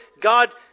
God